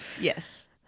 Yes